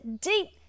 deep